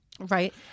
Right